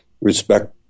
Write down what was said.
respect